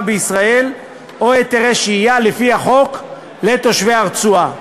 בישראל או היתרי שהייה לפי החוק לתושבי הרצועה.